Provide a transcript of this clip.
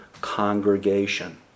congregation